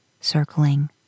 circling